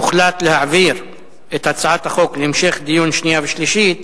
הוחלט להעביר את הצעת החוק להמשך דיון לקראת קריאה שנייה ושלישית